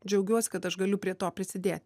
džiaugiuos kad aš galiu prie to prisidėt